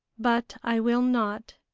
but i will not.